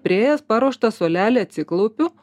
priėjęs paruoštą suolelį atsiklaupiu